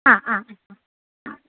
ആ ആ ആ ആ ആ